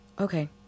Okay